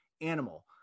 animal